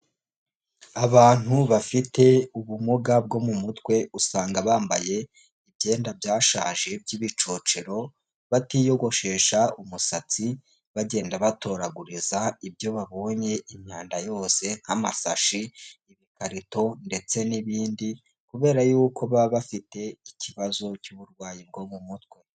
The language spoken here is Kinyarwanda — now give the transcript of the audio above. Abantu bafite ubumuga bwo mu mutwe, usanga bambaye ibyenda byashaje by'ibicocero, batiyogoshesha umusatsi, bagenda batoraguriza ibyo babonye, imyanda yose nk'amasashi, ibikarito ndetse n'ibindi, kubera y'uko baba bafite ikibazo cy'uburwayi bwo mu mutwe.